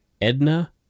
Edna